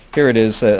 here it is.